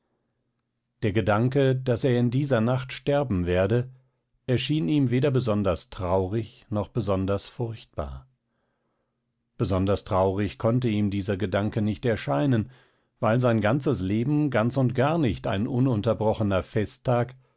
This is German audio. der gedanke daß er in dieser nacht sterben werde erschien ihm weder besonders traurig noch besonders furchtbar besonders traurig konnte ihm dieser gedanke nicht erscheinen weil sein ganzes leben ganz und gar nicht ein ununterbrochener festtag